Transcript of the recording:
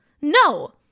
No